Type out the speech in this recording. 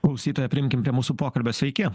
klausytoją prijunkim prie mūsų pokalbio sveiki